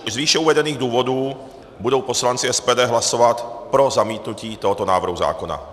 Z výše uvedených důvodů budou poslanci SPD hlasovat pro zamítnutí tohoto návrhu zákona.